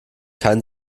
kein